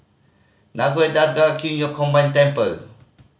Nagore Dargah Qing Yun Combined Temple